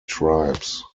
tribes